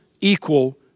equal